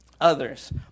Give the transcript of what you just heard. others